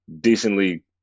decently